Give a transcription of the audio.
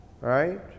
Right